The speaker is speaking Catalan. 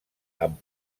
amb